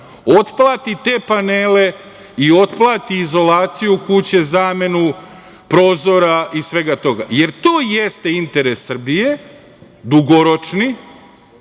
otplati te panele i otplati izolaciju kuće, zamenu prozora i svega toga, jer to jeste interes Srbije dugoročni.